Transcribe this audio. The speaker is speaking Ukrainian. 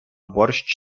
борщ